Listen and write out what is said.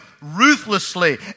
ruthlessly